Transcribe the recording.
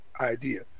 idea